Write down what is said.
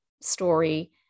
story